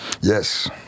yes